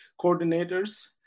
coordinators